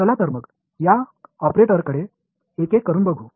चला तर मग या ऑपरेटरंकडे एकेक करून बघू